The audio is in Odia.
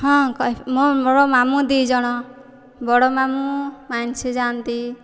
ହଁ କହି ମୋ ମୋର ମାମୁଁ ଦୁଇ ଜଣ ମୋ ବଡ଼ ମାମୁଁ ଯାଆନ୍ତି